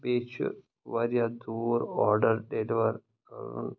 بیٚیہِ چھِ وارِیاہ دوٗر آرڈَر ڈیٚلِوَر کَرُن